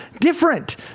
different